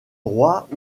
droit